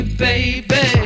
baby